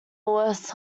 lewis